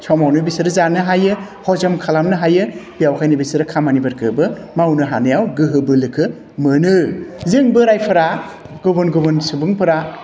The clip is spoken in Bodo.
समावनो बिसोरो जानो हायो हजम खालामनो हायो बेखायनो बिसोरो खामानिफोरखोबो मावनो हानायाव गोहो बोलोखो मोनो जों बोरायफोरा गुबुन गुबुन सुबुंफोरा